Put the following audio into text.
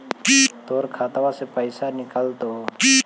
तोर खतबा से पैसा कटतो?